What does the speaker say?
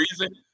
reason